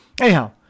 Anyhow